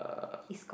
uh